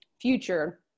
future